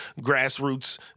grassroots